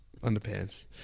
Underpants